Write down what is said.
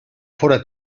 fóra